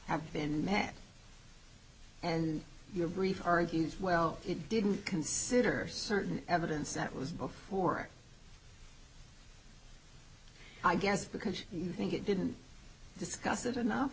have been met and your brief argues well it didn't consider certain evidence that was before i guess because you think it didn't discuss it enough